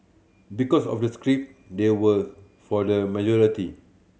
because of the script they were for the majority